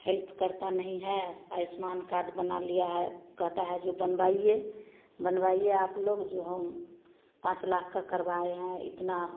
help करता नहीं है आयुष्मान कार्ड बना लिया है कहता है जो बनवाइए बनवाइए आप लोग जो हम पाँच लाख का करवाए है इतना